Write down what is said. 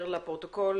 יותר לפרוטוקול,